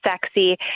sexy